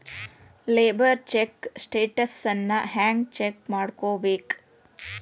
Labour check ಸ್ಟೆಟಸನ್ನ ಹೆಂಗ್ check ಮಾಡ್ಕೊಬೇಕ್?